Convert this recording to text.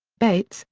bates,